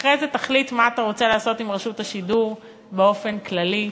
ואחרי זה תחליט מה אתה רוצה לעשות עם רשות השידור באופן כללי.